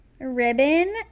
ribbon